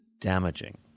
damaging